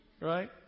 Right